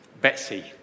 Betsy